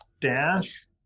dash